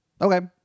Okay